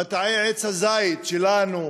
מטעי עץ הזית שלנו,